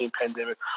pandemic